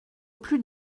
plus